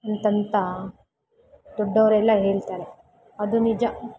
ಎಂತಂತ ದೊಡ್ಡವರೆಲ್ಲ ಹೇಳ್ತಾರೆ ಅದು ನಿಜ